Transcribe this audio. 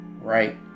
right